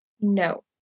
No